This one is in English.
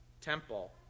temple